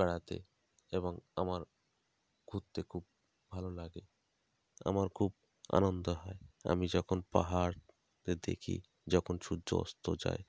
বেড়াতে এবং আমার ঘুরতে খুব ভালো লাগে আমার খুব আনন্দ হয় আমি যখন পাহাড়েতে দেখি যখন সূর্য অস্ত যায়